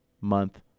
month